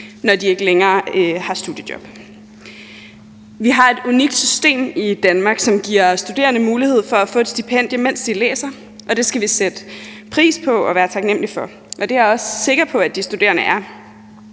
når de ikke længere har et studiejob. Vi har et unikt system i Danmark, som giver studerende mulighed for at få et stipendie, mens de læser, og det skal vi sætte pris på og være taknemlige for, og det er jeg også sikker på at de studerende er.